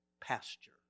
pasture